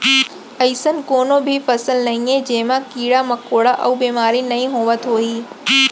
अइसन कोनों भी फसल नइये जेमा कीरा मकोड़ा अउ बेमारी नइ होवत होही